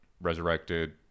resurrected